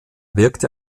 wirkte